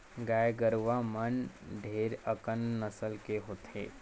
गाय गरुवा मन ढेरे अकन नसल के होथे